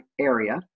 area